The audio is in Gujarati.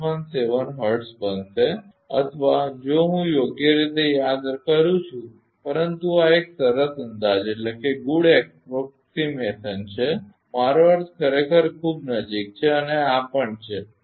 0117 હર્ટ્ઝ બનશે અથવા જો હું યોગ્ય રીતે યાદ કરું છું પરંતુ આ એક સરસ અંદાજ છે મારો અર્થ ખરેખર ખૂબ નજીક છે અને આ પણ છે